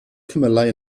cymylau